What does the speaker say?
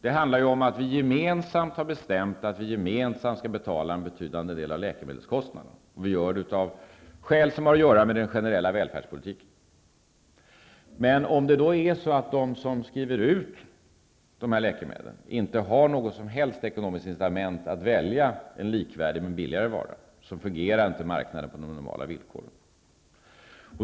Det handlar om att vi gemensamt har bestämt att vi gemensamt skall betala en betydande del av läkemedelskostnaderna, och vi gör det av skäl som har att göra med den generella välfärdspolitiken. Om då de som skriver ut läkemedlen inte har något som helst ekonomiskt incitament att välja en likvärdig men billigare vara fungerar inte marknaden på normala villkor.